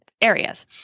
Areas